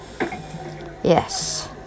Yes